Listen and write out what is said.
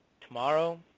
Tomorrow